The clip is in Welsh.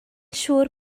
siŵr